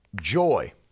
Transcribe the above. joy